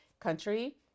country